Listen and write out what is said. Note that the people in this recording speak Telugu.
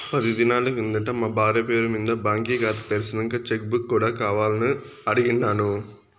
పది దినాలు కిందట మా బార్య పేరు మింద బాంకీ కాతా తెర్సినంక చెక్ బుక్ కూడా కావాలని అడిగిన్నాను